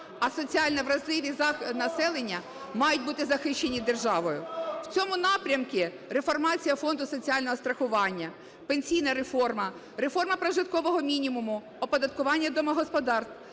А соціально вразливе населення має бути захищене державою. В цьому напрямку реформація Фонду соціального страхування, пенсійна реформа, реформа прожиткового мінімуму, оподаткування домогосподарств,